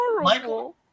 Michael